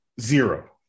Zero